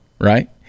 right